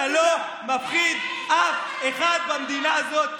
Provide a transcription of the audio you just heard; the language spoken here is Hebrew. אתה לא מפחיד אף אחד במדינה הזאת,